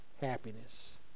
happiness